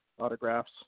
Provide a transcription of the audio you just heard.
autographs